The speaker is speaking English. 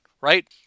right